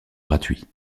gratuit